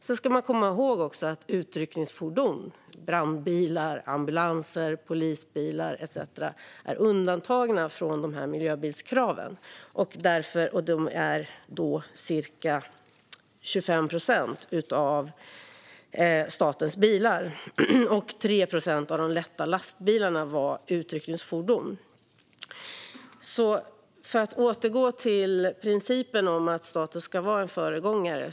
Sedan ska man komma ihåg att utryckningsfordon - brandbilar, ambulanser, polisbilar etcetera - är undantagna från miljöbilskraven. Det är ca 25 procent av statens bilar. Och 3 procent av de lätta lastbilarna var utryckningsfordon. Sedan gäller det principen om att staten ska vara en föregångare.